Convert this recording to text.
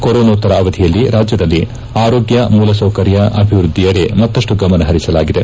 ಕೊರೋನೋತ್ತರ ಅವಧಿಯಲ್ಲಿ ರಾಜ್ಞದಲ್ಲಿ ಆರೋಗ್ಯ ಮೂಲಸೌಕರ್ಯ ಅಭಿವೃದ್ದಿಯೆಡ ಮತ್ತಷ್ಟು ಗಮನ ಪರಿಸಲಾಗಿದೆ